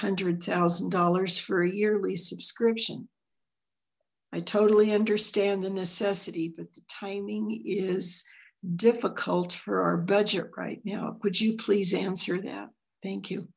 hundred thousand dollars for a yearly subscription i totally understand the necessity but the timing is difficult for our budget right now could you please answer that thank you